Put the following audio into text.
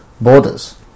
borders